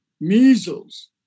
measles